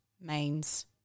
mains